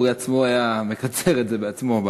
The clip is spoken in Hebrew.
הוא עצמו היה מקצר את זה במליאה.